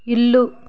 ఇల్లు